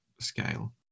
scale